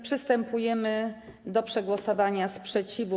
Przystępujemy do przegłosowania sprzeciwu.